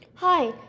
Hi